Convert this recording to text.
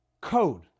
code